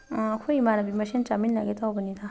ꯑꯩꯈꯣꯏ ꯏꯃꯥꯅꯕꯤ ꯃꯁꯦꯟ ꯆꯥꯃꯤꯟꯅꯒꯦ ꯇꯧꯕꯅꯤꯗ